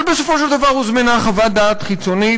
אבל בסופו של דבר הוזמנה חוות דעת חיצונית,